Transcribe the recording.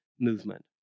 movement